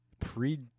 pre